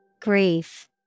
Grief